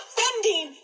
funding